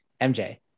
MJ